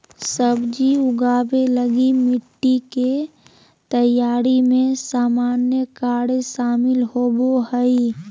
सब्जी उगाबे लगी मिटटी के तैयारी में सामान्य कार्य शामिल होबो हइ